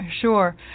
Sure